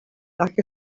like